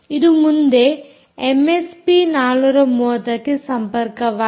ಇದು ಮುಂದೆ ಎಮ್ಎಸ್ಪಿ 430 ಗೆ ಸಂಪರ್ಕವಾಗಿದೆ